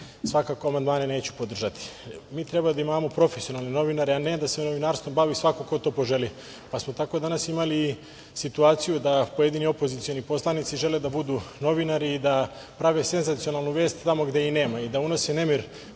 amandmane neću podržati. Mi treba imamo profesionalno novinare, a ne da se novinarstvom bavi svako ko to poželi, pa smo tako danas imali situaciju da pojedini opozicioni poslanici žele da budu novinari i da prave senzacionalnu vest tamo gde je nema i da unose nemir